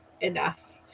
enough